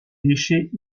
déchets